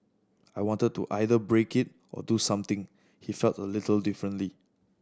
I wanted to either break it or do something he felt a little differently